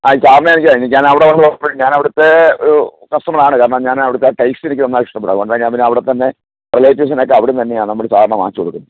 ആ എനിക്കാ ബ്രാഞ്ച് എനിക്ക് ഞാൻ അവിടെ വന്നു ഞാൻ അവിടത്തെ ഒരു കസ്റ്റമർ ആണ് കാരണം ഞാൻ അവിടുത്തെ ടേസ്റ്റ് എനിക്ക് നന്നായിട്ട് ഇഷ്ടപ്പെട്ടു അതുകൊണ്ടാ ഞാൻ പിന്നെ അവിടെത്തന്നെ റിലേറ്റീവ്സിന് ഒക്കെ അവിടുന്ന് തന്നെയാ നമ്മൾ സാധാരണ വാങ്ങിച്ചുകൊടുക്കുന്നത്